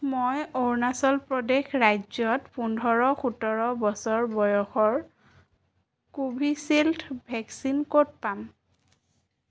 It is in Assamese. মই অৰুণাচল প্ৰদেশ ৰাজ্যত পোন্ধৰ সোতৰ বছৰ বয়সৰ ক'ভিচিল্ড ভেকচিন ক'ত পাম